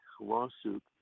lawsuit